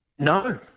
No